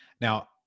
Now